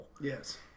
Yes